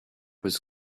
was